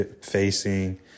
facing